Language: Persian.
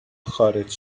خارج